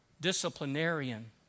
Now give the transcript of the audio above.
disciplinarian